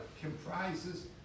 comprises